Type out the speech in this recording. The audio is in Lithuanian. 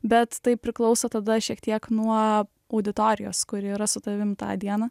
bet tai priklauso tada šiek tiek nuo auditorijos kuri yra su tavim tą dieną